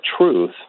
truth